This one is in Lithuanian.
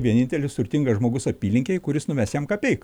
vienintelis turtingas žmogus apylinkėje kuris numes jam kapeiką